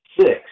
six